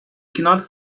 cannot